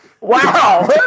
Wow